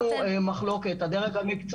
אין לנו מחלוקת, הדרג המקצועי.